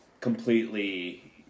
completely